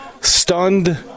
Stunned